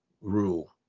rule